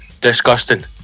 Disgusting